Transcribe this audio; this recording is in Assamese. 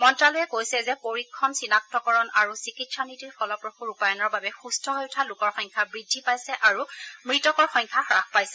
মন্ত্যালয়ে কৈছে যে পৰীক্ষণ চিনাক্তকৰণ আৰু চিকিৎসা নীতিৰ ফলপ্ৰসূ ৰূপায়ণৰ বাবে সুখ্ হৈ উঠা লোকৰ সংখ্যা বৃদ্ধি পাইছে আৰু মৃতকৰ সংখ্যা হাস পাইছে